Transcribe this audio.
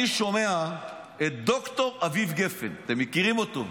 אני שומע את ד"ר אביב גפן, אתם מכירים אותו,